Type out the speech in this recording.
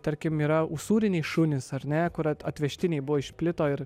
tarkim yra usūriniai šunys ar ne kur atvežtiniai buvo išplito ir